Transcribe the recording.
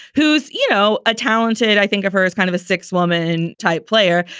who's, you know, a talented i think of her as kind of a six woman type player,